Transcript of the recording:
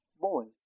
boys